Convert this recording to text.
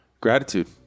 gratitude